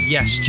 Yes